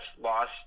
lost